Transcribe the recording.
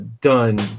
done